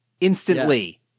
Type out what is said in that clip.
instantly